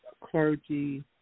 clergy